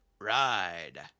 ride